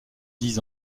dix